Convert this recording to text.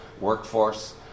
workforce